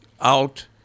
out